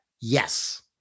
Yes